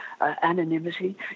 anonymity